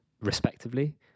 respectively